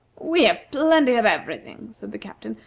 we have plenty of every thing, said the captain.